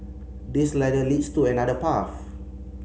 this ladder leads to another path